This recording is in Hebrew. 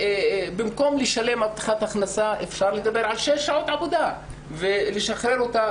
במקום לשלם הבטחת הכנסה אפשר לדבר על שש שעות עבודה ולשחרר אותה